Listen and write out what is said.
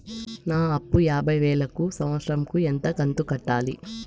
నా అప్పు యాభై వేలు కు సంవత్సరం కు ఎంత కంతు కట్టాలి?